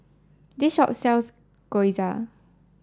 this shop sells Gyoza